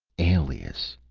alias.